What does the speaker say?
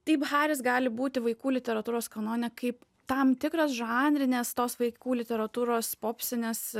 taip haris gali būti vaikų literatūros kanone kaip tam tikras žanrinės tos vaikų literatūros popsinės